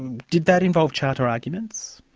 and did that involve charter arguments?